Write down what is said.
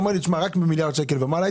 ממיליארד שקל ומעלה,